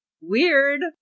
weird